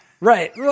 Right